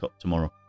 tomorrow